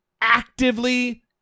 actively